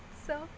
so